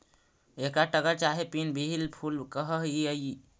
एकरा टगर चाहे पिन व्हील फूल कह हियई